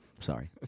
Sorry